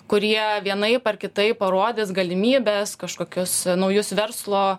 kurie vienaip ar kitaip parodys galimybes kažkokius naujus verslo